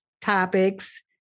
topics